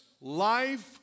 life